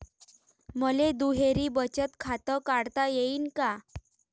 मले दुहेरी बचत खातं काढता येईन का?